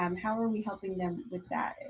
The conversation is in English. um how are we helping them with that?